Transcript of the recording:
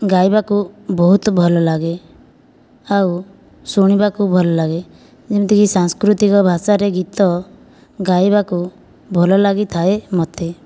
ଗାଇବାକୁ ବହୁତ ଭଲ ଲାଗେ ଆଉ ଶୁଣିବାକୁ ଭଲ ଲାଗେ ଯେମିତିକି ସାଂସ୍କୃତିକ ଭାଷା ରେ ଗୀତ ଗାଇବାକୁ ଭଲ ଲାଗିଥାଏ ମୋତେ